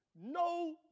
No